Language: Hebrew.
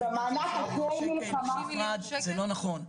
עובדתית זה לא נכון.